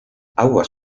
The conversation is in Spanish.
aguas